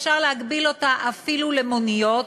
אפשר להגביל אותה אפילו למוניות